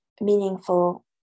meaningful